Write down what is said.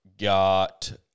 got